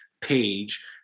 page